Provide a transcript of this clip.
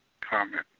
comment